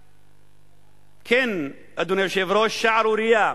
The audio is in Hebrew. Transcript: כן, אדוני היושב-ראש, שערורייה.